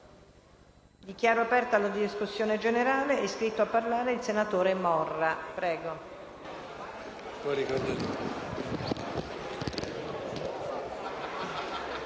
Dichiaro aperta la discussione generale. È iscritto a parlare il senatore Morra. Ne